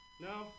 No